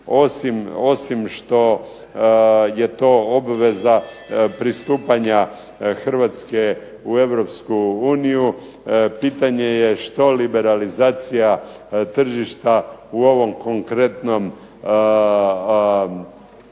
osim što je to obveza pristupanja Hrvatske u Europsku uniju pitanje je što liberalizacija tržišta u ovom konkretnom slučaju